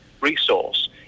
resource